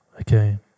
Okay